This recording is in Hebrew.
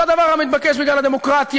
זה הדבר המתבקש בגלל הדמוקרטיה.